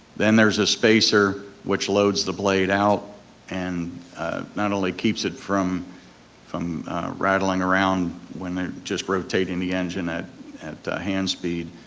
then there's a spacer which loads the blade out and not only keeps it from from rattling around when they're just rotating the engine at at hand speed,